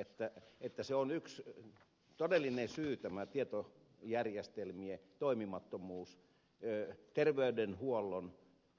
asko seljavaara että tämä tietojärjestelmien toimimattomuus on yksi todellinen syy puutteisiin terveydenhuollon